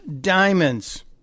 diamonds